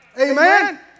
Amen